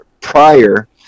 prior